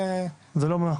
זה לא מה?